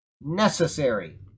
necessary